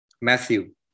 Matthew